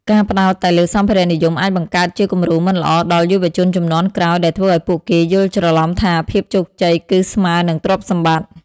ការផ្តោតតែលើសម្ភារៈនិយមអាចបង្កើតជាគំរូមិនល្អដល់យុវជនជំនាន់ក្រោយ ដែលធ្វើឱ្យពួកគេយល់ច្រឡំថាភាពជោគជ័យគឺស្មើនឹងទ្រព្យសម្បត្តិ។